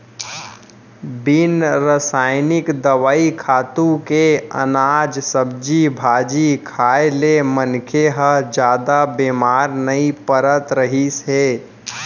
बिन रसइनिक दवई, खातू के अनाज, सब्जी भाजी खाए ले मनखे ह जादा बेमार नइ परत रहिस हे